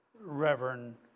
Reverend